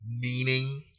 meaning